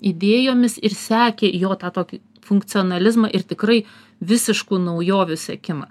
idėjomis ir sekė jo tą tokį funkcionalizmą ir tikrai visiškų naujovių siekimą